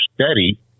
steady